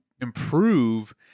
improve